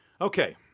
Okay